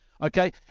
Okay